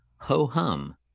ho-hum